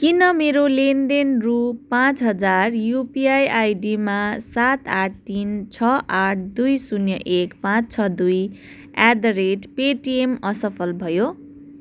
किन मेरो लेनदेन रु पाँच हजार युपिआई आइडीमा सात आठ तिन छ आठ दुई शून्य एक पाँच छ दुई एट द रेट पेटिएम असफल भयो